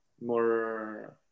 more